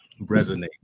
resonate